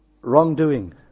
wrongdoing